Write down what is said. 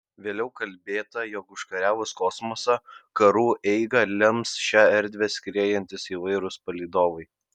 vėliau kalbėta jog užkariavus kosmosą karų eigą lems šia erdve skriejantys įvairūs palydovai